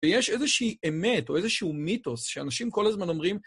ויש איזושהי אמת או איזשהו מיתוס שאנשים כל הזמן אומרים...